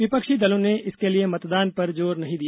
विपक्षी दलों ने इसके लिए मतदान पर जोर नहीं दिया